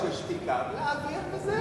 לא אמרתי שתיקה, להעביר וזהו.